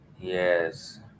Yes